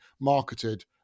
marketed